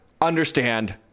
understand